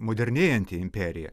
modernėjanti imperija